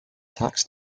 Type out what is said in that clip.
tax